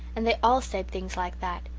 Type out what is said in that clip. and they all said things like that.